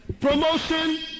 promotion